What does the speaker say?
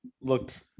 looked